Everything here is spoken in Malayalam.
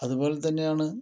അതുപോലെ തന്നെയാണ്